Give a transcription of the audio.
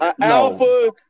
alpha